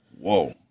whoa